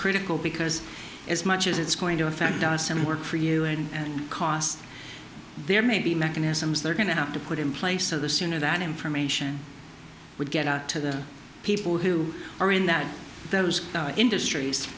critical because as much as it's going to affect us and work for you and cost there may be mechanisms they're going to have to put in place so the sooner that information would get out to the people who are in that those industries